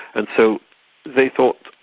and so they thought,